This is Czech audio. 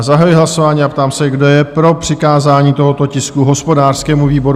Zahajuji hlasování a ptám se, kdo je pro přikázání tohoto tisku hospodářskému výboru?